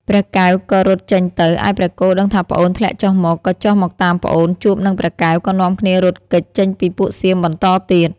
ព្រះកែវក៏រត់ចេញទៅ ឯព្រះគោដឹងថាប្អូនធ្លាក់ចុះមក ក៏ចុះមកតាមប្អូនជួបនឹងព្រះកែវក៏នាំគ្នារត់គេចចេញពីពួកសៀមបន្តទៀត។